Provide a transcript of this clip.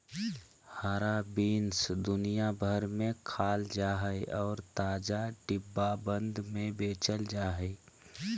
हरा बीन्स दुनिया भर में खाल जा हइ और ताजा, डिब्बाबंद में बेचल जा हइ